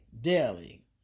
daily